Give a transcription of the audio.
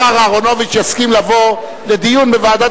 השר אהרונוביץ יסכים לבוא לדיון בוועדת